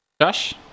Josh